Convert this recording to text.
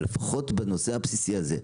אבל לפחות בנושא הבסיסי הזה,